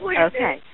Okay